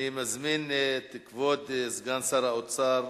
אני מזמין את כבוד סגן שר האוצר,